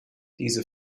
diese